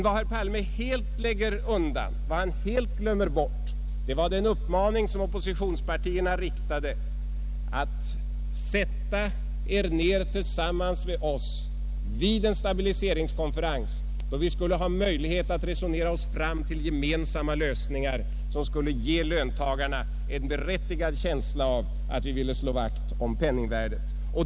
Vad herr Palme helt glömde bort var emellertid den uppmaning som oppositionspartierna riktade till socialdemokratin att tillsammans med oppositionen sätta sig ned vid en stabiliseringskonferens, där vi skulle ha möjlighet att resonera oss fram till gemensamma lösningar som skulle ge löntagarna en berättigad känsla av att vi ville slå vakt om penningvärdet.